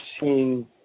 seeing